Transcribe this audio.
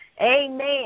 Amen